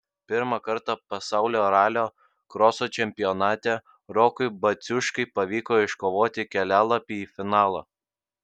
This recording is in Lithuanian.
pirmą kartą pasaulio ralio kroso čempionate rokui baciuškai pavyko iškovoti kelialapį į finalą